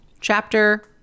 Chapter